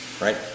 right